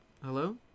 Hello